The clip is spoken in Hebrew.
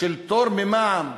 של פטור ממע"מ,